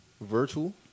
Virtual